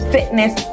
Fitness